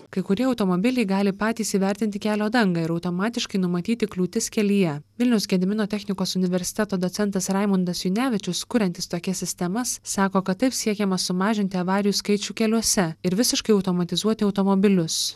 kai kurie automobiliai gali patys įvertinti kelio dangą ir automatiškai numatyti kliūtis kelyje vilniaus gedimino technikos universiteto docentas raimundas junevičius kuriantis tokias sistemas sako kad taip siekiama sumažinti avarijų skaičių keliuose ir visiškai automatizuoti automobilius